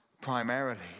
primarily